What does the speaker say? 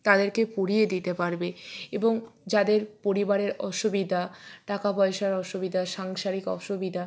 তাদেরকে পড়িয়ে দিতে পারবে এবং যাদের পরিবারের অসুবিধা টাকা পয়সার অসুবিধা সাংসারিক অসুবিধা